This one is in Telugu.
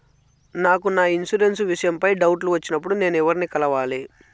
నాకు నా ఇన్సూరెన్సు విషయం పై డౌట్లు వచ్చినప్పుడు నేను ఎవర్ని కలవాలి?